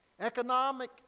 economic